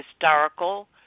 historical